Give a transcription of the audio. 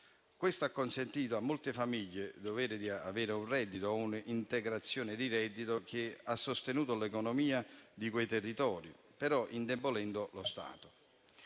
Questo ha consentito a molte famiglie di avere un reddito o un'integrazione di reddito che ha sostenuto l'economia di quei territori, però indebitando lo Stato.